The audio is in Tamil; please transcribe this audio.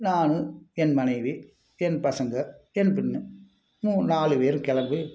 நானு என் மனைவி என் பசங்க என் பெண் மூணு நாலு பேரும் கிளம்பி